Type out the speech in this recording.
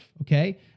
okay